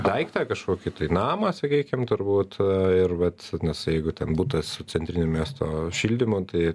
daiktą kažkokį namą sakykim turbūt ir vat nes jeigu ten butas su centriniu miesto šildymu tai